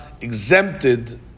exempted